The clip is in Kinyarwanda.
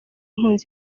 impunzi